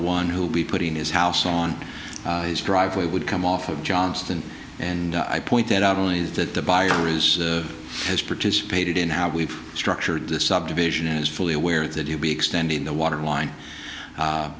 one who will be putting his house on driveway would come off of johnston and i pointed out only that the buyer is has participated in how we've structured this subdivision is fully aware that he'll be extending the water line